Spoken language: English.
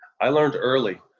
i learned early.